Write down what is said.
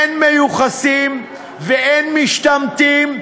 אין מיוחסים ואין משתמטים,